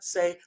Say